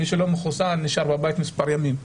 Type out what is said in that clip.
מי שלא מחוסן, נשאר בבית מספר ימים,